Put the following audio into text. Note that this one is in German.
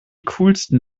coolsten